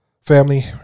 Family